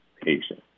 patient